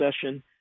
session